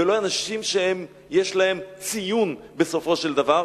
ולא אנשים שיש להם ציון בסופו של דבר,